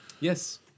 Yes